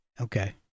Okay